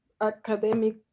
academic